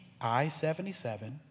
I-77